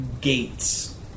gates